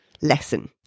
lesson